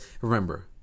remember